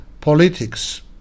politics